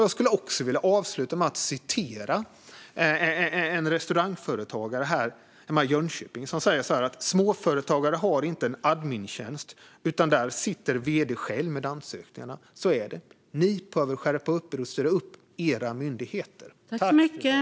Jag skulle vilja avsluta med att citera en restaurangföretagare hemma i Jönköping. Han säger: Småföretagare har inte en admintjänst, utan där sitter vd:n själv med ansökningarna. Så är det. Ni behöver skärpa er och styra upp era myndigheter, Ibrahim Baylan!